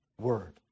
word